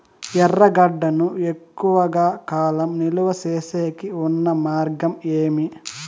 ఎర్రగడ్డ ను ఎక్కువగా కాలం నిలువ సేసేకి ఉన్న మార్గం ఏమి?